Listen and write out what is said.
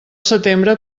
setembre